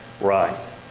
right